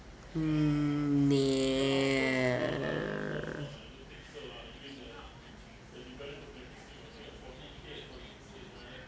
mm n~ ya